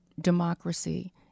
democracy